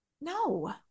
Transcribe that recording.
no